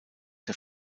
der